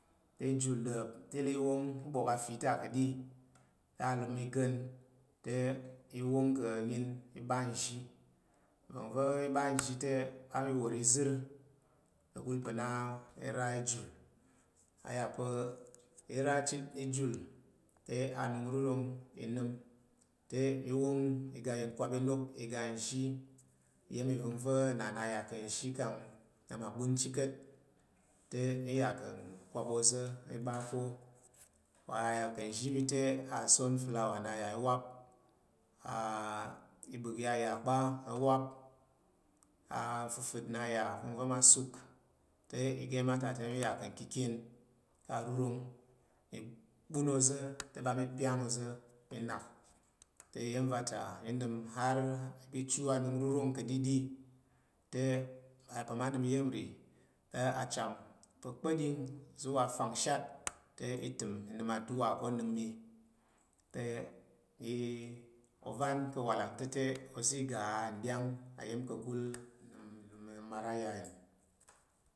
I jul ɗa̱p te i le i wong i bowk afi ta ka̱ɗi te alum i gan te i wong ka nyin i ɓu nzhi nva̱ng va̱ i ɓa nzhi te mi ɓa mi wor izər ka̱kul pa̱ na i ra i jul a ya pa i ra chit i jul te anungrurong i nəm te i wong i ga nkwap inok iga nzhi iya̱m ivəng va̱ na na ya ka̱ nzhi kang na ma ɓun chit ka̱t te mi ya ka̱ nkwap ozo mi ɓa ko. Wa ka̱ nzhi mi te a sunflower na ya i wap i ɓək ya ya kpa i wap nfəfit na ya nvəng va̱ na i suk te ige iya̱m ata te mi ya ka nkikyen ka arurong mi ɓun oza̱ mi ɓa mi pyang oza̱ mi nak te iya̱m va ta mi nəm har i ɓi ichu anungrurong ka̱ɗiɗi te a ya pa ma nəm iya̱m ri te acham kpa̱ɗing zowa afangshat te i təm nnəm adowa ko onəm mi te i ovan ka̱ walang ta̱ te ozi ga nɗyang aya̱m ka̱kul ilum amar a ya nəm.